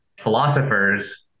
philosophers